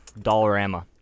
Dollarama